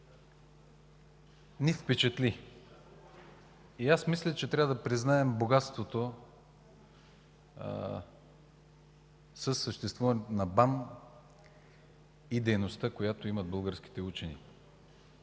ни впечатли и аз мисля, че трябва да признаем богатството със съществуването на БАН и дейността, която имат българските учени,